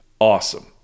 Awesome